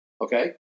okay